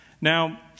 Now